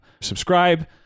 Subscribe